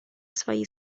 свои